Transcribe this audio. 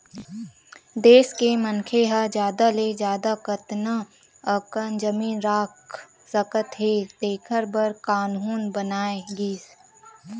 देस के मनखे ह जादा ले जादा कतना अकन जमीन राख सकत हे तेखर बर कान्हून बनाए गिस